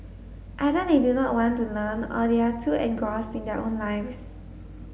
either they do not want to learn or they are too engrossed in their own lives